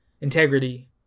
integrity